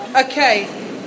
Okay